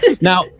Now